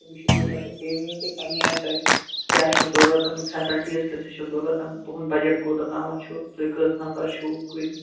سُہ وٕچھو تُہۍ تَتھ پٮ۪ٹھ بیٚیہِ ؤنِو تُہۍ پَنٛنہِ آیہِ تۄہہِ کیٛاہ چھُو ضوٚرَتھ فیسلٹِیٖز کِژھٕ چھِ ضوٚرَتھ تُہٕنٛد بَجَٹ کوٗتاہ تامَتھ چھُ تُہۍ کٔژ نَفر چھُو کۭتِس